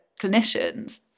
clinicians